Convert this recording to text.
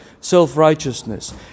self-righteousness